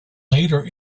later